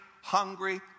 hungry